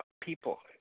people